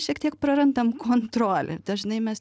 šiek tiek prarandam kontrolę dažnai mes